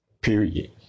period